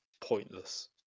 pointless